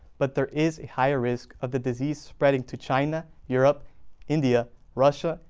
but there is a higher risk of the disease spreading to china, europe india russia,